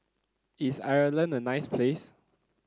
is Ireland a nice place